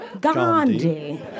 Gandhi